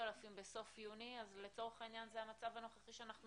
ב-5,000 בסוף יוני אז לצורך העניין זה המצב הנוכחי שאנחנו